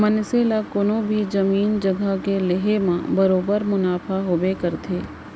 मनसे ला कोनों भी जमीन जघा के लेहे म बरोबर मुनाफा होबे करथे